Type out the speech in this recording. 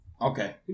Okay